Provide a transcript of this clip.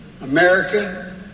America